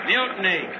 Mutiny